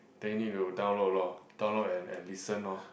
then you need to download lor download and and listen lor